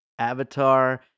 Avatar